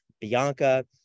Bianca